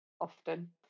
often